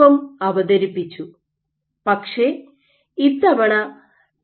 M അവതരിപ്പിച്ചു പക്ഷേ ഇത്തവണ എ